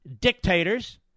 dictators